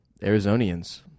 Arizonians